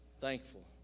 thankful